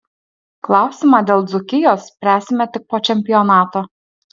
klausimą dėl dzūkijos spręsime tik po čempionato